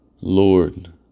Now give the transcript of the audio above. Lord